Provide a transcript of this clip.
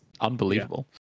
unbelievable